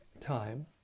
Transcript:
time